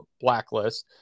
blacklist